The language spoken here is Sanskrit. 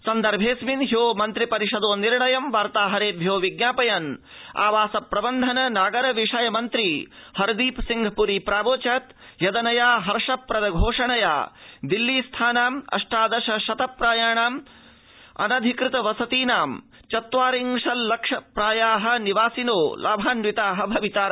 सन्दर्भेऽस्मिन् छो मन्त्रि परिषदो निर्णयं वार्ताहरेभ्यो विज्ञापयन् आवासप्रबन्धन नागरविषय मन्त्री हरदीप सिंह पूरी प्रवोचत् यदनया हर्षप्रद घोषणया दिल्ली स्थानाम् अष्टादश शत प्रायाणाम् अनधिकृत वसतीनां चत्वारिशल्लक्ष प्राया निवासिनो लाभान्विता भवितार